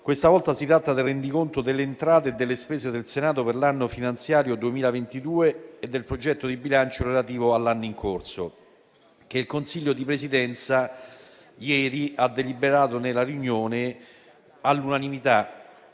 Questa volta si tratta del rendiconto delle entrate e delle spese del Senato per l'anno finanziario 2022 e del progetto di bilancio relativo all'anno in corso, che il Consiglio di Presidenza ieri ha deliberato nella riunione all'unanimità,